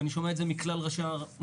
ואני שומע את זה מכלל ראשי המועצות